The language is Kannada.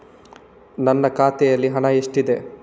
ನನ್ನ ಖಾತೆಯಲ್ಲಿ ಹಣ ಎಷ್ಟಿದೆ?